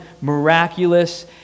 miraculous